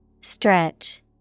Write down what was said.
Stretch